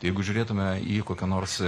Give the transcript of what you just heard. jeigu žiūrėtume į kokią nors